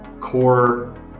core